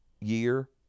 year